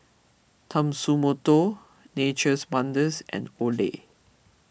Tatsumoto Nature's Wonders and Olay